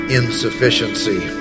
insufficiency